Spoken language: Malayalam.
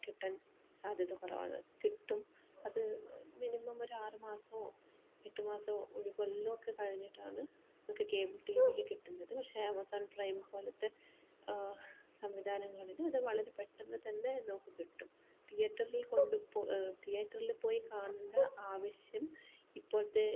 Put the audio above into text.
കിട്ടാൻ സാധ്യത കുറവാണ് കിട്ടും അത് മിനിമം ഒരു ആറ് മാസമോ എട്ട് മാസമോ ഒരു കൊല്ലമോ ഒക്കെ കഴിഞ്ഞിട്ടാണ് ഇതൊക്കെ കേബിൾ ടീവിയിൽ കിട്ടുന്നത് പക്ഷേ ആമസോൺ പ്രൈം പോലത്തെ സംവിധാനങ്ങളിൽ ഇത് വളരെ പെട്ടെന്നു തന്നെ നമുക്ക് കിട്ടും തീയേറ്ററിൽ കൊണ്ടുപോ തീയേറ്ററിൽ പോയി കാണേണ്ട ആവശ്യം ഇപ്പോളത്തെ